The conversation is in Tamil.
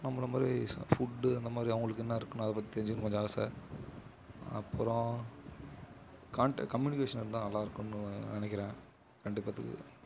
நம்மளமாதிரி ஃபுட் அந்தமாதிரி அவங்களுக்கு என்ன இருக்கும்னு அதை பற்றி தெரிஞ்சிக்கணுன்னு கொஞ்சம் ஆசை அப்புறம் கான்ட் கம்யூனிகேஷன் இருந்தால் நல்லா இருக்கும்னு நினைக்கிறேன் ரெண்டு பேத்துக்கு